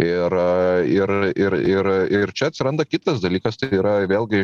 ir ir ir ir ir čia atsiranda kitas dalykas tai yra vėlgi